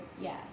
Yes